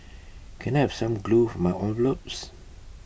can I have some glue for my envelopes